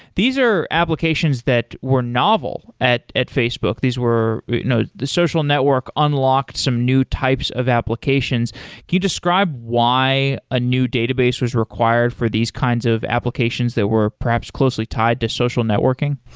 these are applications that were novel at at facebook. these were you know the social networks unlocked some new types of applications. can you describe why a new database was required for these kinds of applications that were perhaps closely tied to social networking?